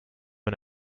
and